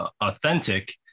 authentic